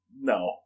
No